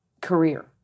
career